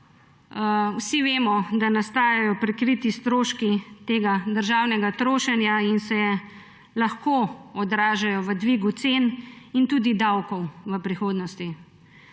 vsi vemo, da nastajajo prikriti stroški tega državnega trošenja in se lahko odražajo v dvigu cen in tudi davkov v prihodnosti.